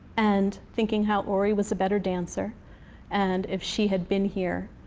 and thinking how ori was a better dancer and if she had been here,